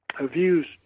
views